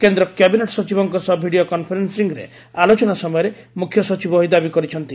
କେନ୍ଦ୍ କ୍ୟାବିନେଟ୍ ସଚିବଙ୍କ ସହ ଭିଡିଓ କନଫରେନ୍ପିଂରେ ଆଲୋଚନା ସମୟରେ ମୁଖ୍ୟ ସଚିବ ଏହି ଦାବି କରିଛନ୍ତି